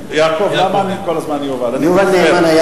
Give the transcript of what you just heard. יעקב נאמן.